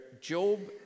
Job